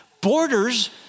Borders